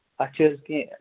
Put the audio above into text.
اَتھ چھِ حظ کیٚنٛہہ